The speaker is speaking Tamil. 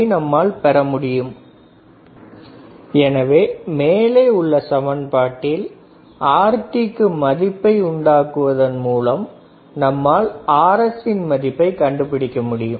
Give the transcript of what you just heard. T முதல் மாற்றத்தினால் RfRt222RtRsRs T நெட்ஒர்க்கை வடிவமைக்க RtRf2 இந்த மதிப்பை மேலே உள்ள முதல் சமன்பாட்டில் பிரதியிட RsRt22Rf 2Rt எனவே Rtக்கு மதிப்பை உண்டாக்குவதன் மூலம் நம்மால் Rs யின் மதிப்பை கண்டுபிடிக்க முடியும்